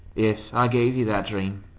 yes i gave you that dream.